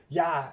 ja